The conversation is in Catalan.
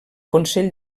consell